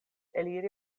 eliri